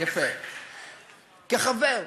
יפה, כחבר.